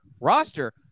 roster